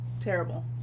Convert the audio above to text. Terrible